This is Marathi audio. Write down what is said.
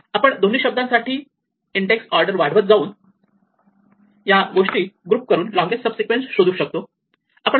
आपण दोन्ही शब्दांसाठी इंडेक्स ऑर्डर वाढवत जाऊन या गोष्टी ग्रुप करून लोंगेस्ट सब सिक्वेन्स शोधु शकतो